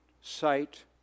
sight